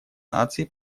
наций